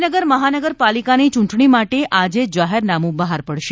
ગાંધીનગર મહાનગરપાલિકાની ચૂંટણી માટે આજે જાહેરનામું બહાર પડશે